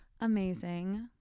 amazing